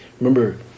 Remember